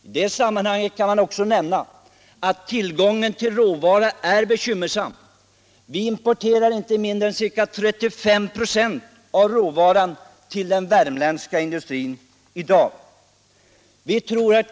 I det sammanhanget kan man också nämna att den knappa tillgången på råvara är bekymmersam. Vi importerar i dag inte mindre än ca 35 96 av den värmländska industrins råvarubehov inom massa och trä.